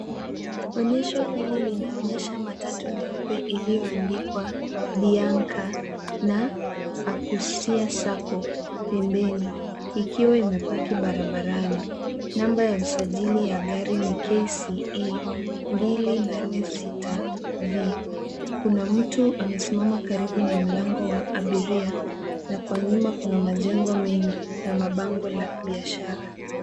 Onyesho hili linaonyesha matatu nyeupe iliyoandikwa Bianca na Akusia sacco pembeni, ikiwa imepaki barabarani. Namba ya usajili ya gari ni KCE 286V. Kuna mtu amesimama karibu na mlango wa abiria na kwa nyuma kuna majengo mengi na mabango la biashara.